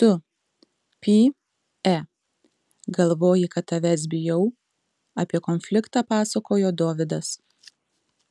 tu py e galvoji kad tavęs bijau apie konfliktą pasakojo dovydas